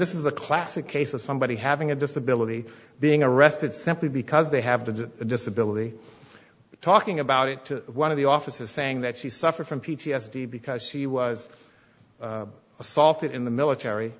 this is a classic case of somebody having a disability being arrested simply because they have the disability talking about it to one of the officers saying that she suffered from p t s d because she was assaulted in the military